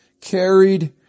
carried